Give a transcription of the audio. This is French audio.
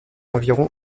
environ